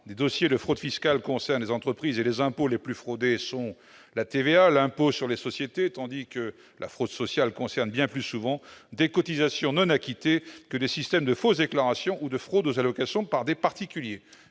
des dossiers de fraude fiscale concerne des entreprises, et les impôts les plus fraudés sont la TVA et l'impôt sur les sociétés, tandis que la fraude sociale concerne bien plus souvent des cotisations non acquittées que des systèmes de fausses déclarations ou de fraude aux allocations par des particuliers